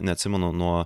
neatsimenu nuo